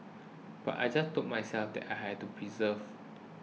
but I just told myself that I had to persevere